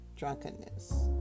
drunkenness